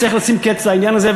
צריך לשים קץ לעניין הזה,